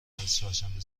چهارشنبه